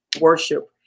worship